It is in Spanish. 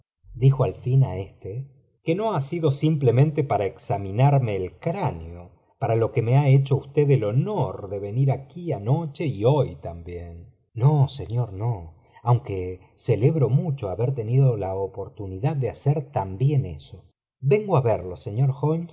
dijo al fin á éste que no ha sido simplemente para examinarme el cráneo para lo que me ha hecho usted el honor de venir aquí anoche y hov también no señor no aunque celebro mucho haber tenido la oportunidad de hacer también eso vengo á verlo iseñor